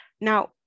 Now